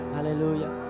Hallelujah